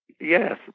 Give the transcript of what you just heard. yes